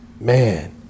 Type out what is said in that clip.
man